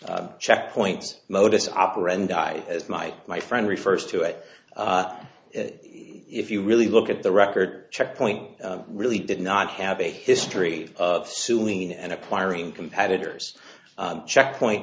checkpoints modus operandi as my my friend refers to it if you really look at the record check point really did not have a history of suing and acquiring competitors checkpoint